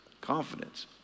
Confidence